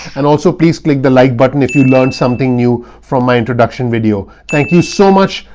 and also, please click the like button if you learn something new. from my introduction video. thank you so much.